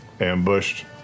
ambushed